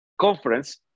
conference